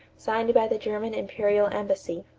signed by the german imperial embassy,